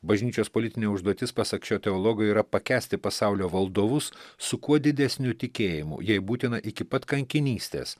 bažnyčios politinė užduotis pasak šio teologo yra pakęsti pasaulio valdovus su kuo didesniu tikėjimu jei būtina iki pat kankinystės